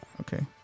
Okay